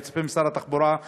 אני מצפה משר התחבורה,